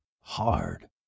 Hard